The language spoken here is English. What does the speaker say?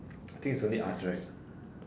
I think it's only us right